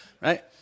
right